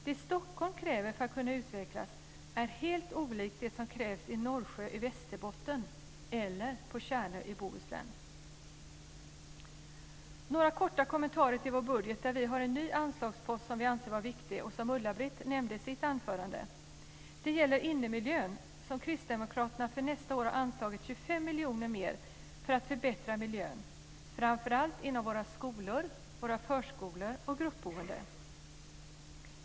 Det Stockholm kräver för att kunna utvecklas är helt olikt det som krävs i Norsjö i Västerbotten eller på Tjärnö i Bohuslän. Jag har några korta kommentarer till vår budget där vi har en ny anslagspost som vi anser vara viktig och som Ulla-Britt Hagström nämnde i sitt anförande. Den gäller innemiljön. Kristdemokraterna har för nästa år anslagit 25 miljoner kronor mer för att förbättra miljön inom framför allt våra skolor, förskolor och gruppboenden.